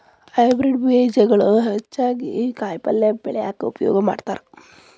hybrid ಬೇಜಗಳು ಹೆಚ್ಚಾಗಿ ಕಾಯಿಪಲ್ಯ ಬೆಳ್ಯಾಕ ಉಪಯೋಗ ಮಾಡತಾರ